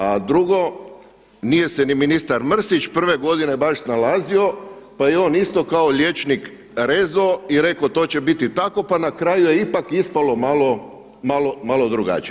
A drugo, nije se ni ministar Mrsić prve godine baš snalazio, pa je on isto kao liječnik rezao i rekao to će biti tako, pa na kraju je ipak ispalo malo drugačije.